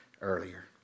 earlier